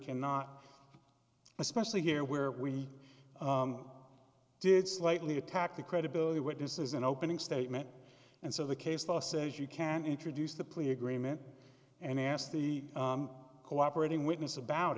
cannot especially here where we did slightly attack the credibility of witnesses in opening statement and so the case law says you can introduce the plea agreement and ask the cooperating witness about